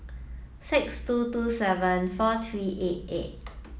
six two two seven four three eight eight